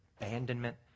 abandonment